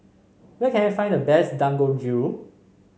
where can I find the best Dangojiru